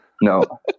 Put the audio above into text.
No